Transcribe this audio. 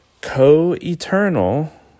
co-eternal